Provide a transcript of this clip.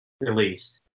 released